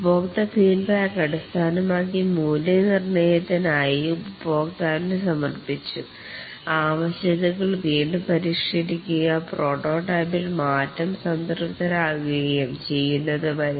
ഉപഭോക്ത്യ feedback അടിസ്ഥാനമാക്കി മൂല്യനിർണയത്തിന് ആയി ഉപഭോക്താവിന് സമർപ്പിച്ചു ആവശ്യകതകൾ വീണ്ടും പരിഷ്കരിക്കുക പ്രോട്ടോടൈപ്പിൽ മാറ്റം സംതൃപ്തരാക്കുകയും ചെയ്യുന്നതുവരെ